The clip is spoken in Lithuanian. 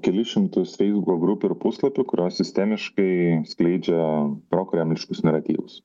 kelis šimtus feisbuko grupių ir puslapių kurios sistemiškai skleidžia prokremliškus naratyvus